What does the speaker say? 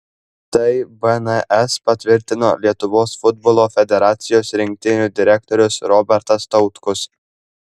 tai bns patvirtino lietuvos futbolo federacijos rinktinių direktorius robertas tautkus